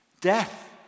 Death